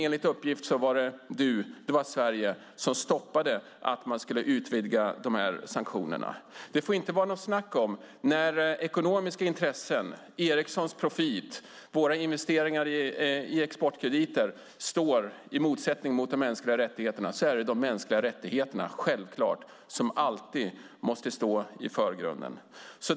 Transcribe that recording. Enligt uppgift var det Sverige som stoppade att man skulle utvidga sanktionerna. Det får inte vara något snack om att när ekonomiska intressen, Ericssons profit och våra investeringar i exportkrediter står i motsats till de mänskliga rättigheterna är det självklart de mänskliga rättigheterna som alltid måste stå i förgrunden.